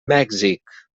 mèxic